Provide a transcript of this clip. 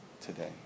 today